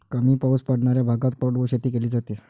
कमी पाऊस पडणाऱ्या भागात कोरडवाहू शेती केली जाते